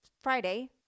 Friday